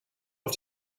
auf